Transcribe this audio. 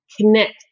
connect